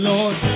Lord